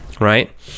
right